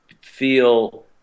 feel